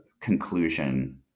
conclusion